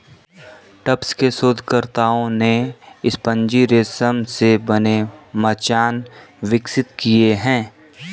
Tufts के शोधकर्ताओं ने स्पंजी रेशम से बने मचान विकसित किए हैं